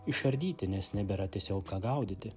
išardyti nes nebėra tiesiog ką gaudyti